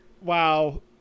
wow